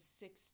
six